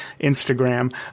Instagram